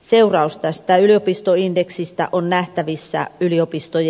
seuraus tästä yliopistoindeksistä on nähtävissä yliopistojen lausunnoissa